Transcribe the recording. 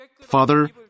Father